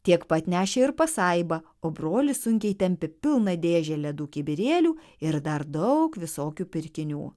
tiek pat nešė ir pasaiba o brolis sunkiai tempė pilną dėžę ledų kibirėlių ir dar daug visokių pirkinių